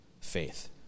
faith